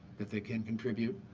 that they can contribute.